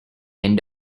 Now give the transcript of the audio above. end